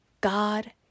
God